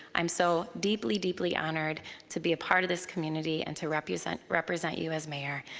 i'm so deeply, deeply honored to be a part of this community and to represent represent you as mayor.